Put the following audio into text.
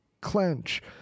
clench